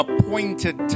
appointed